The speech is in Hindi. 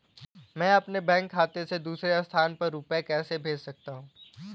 मैं अपने बैंक खाते से दूसरे स्थान पर रुपए कैसे भेज सकता हूँ?